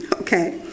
Okay